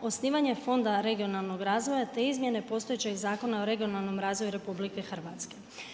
osnivanje fonda regionalnog razvoja te izmjene postojećeg Zakona o regionalnom razvoju RH.